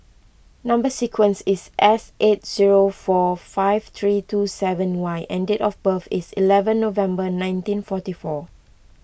Number Sequence is S eight zero four five three two seven Y and date of birth is eleven November nineteen forty four